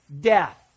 death